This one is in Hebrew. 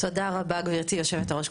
תודה רבה, גבירתי יושבת הראש.